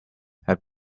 have